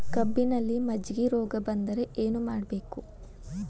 ಕಬ್ಬಿನಲ್ಲಿ ಮಜ್ಜಿಗೆ ರೋಗ ಬಂದರೆ ಏನು ಮಾಡಬೇಕು?